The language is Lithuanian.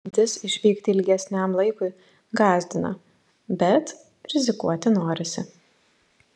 mintis išvykti ilgesniam laikui gąsdina bet rizikuoti norisi